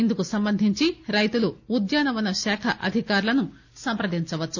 ఇందుకు సంబంధించి రైతులుఉద్యానవన శాఖ అధికారులను సంప్రదించవచ్చు